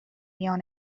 میان